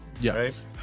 Yes